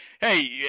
Hey